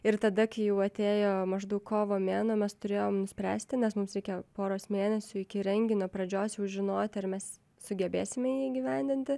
ir tada kai jau atėjo maždaug kovo mėnuo mes turėjom nuspręsti nes mums reikia poros mėnesių iki renginio pradžios jau žinoti ar mes sugebėsime jį įgyvendinti